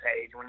page